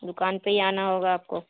دوکان پہ ہی آنا ہوگا آپ کو